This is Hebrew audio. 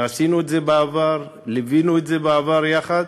עשינו את זה בעבר, ליווינו את זה בעבר יחד,